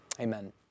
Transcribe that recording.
Amen